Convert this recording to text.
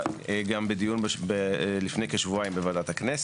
גם בדיון לפני כשבועיים בוועדת הכנסת.